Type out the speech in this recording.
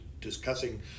discussing